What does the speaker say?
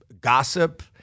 gossip